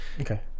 Okay